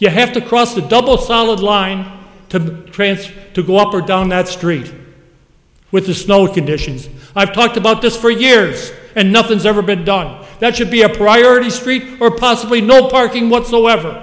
you have to cross the double solid line to transfer to go up or down that street with the snow conditions i've talked about this for years and nothing's ever been done that should be a priority street or possibly no parking whatsoever